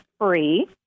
free